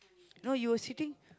no you were sitting